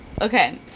Okay